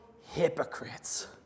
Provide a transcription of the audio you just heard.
hypocrites